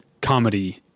comedy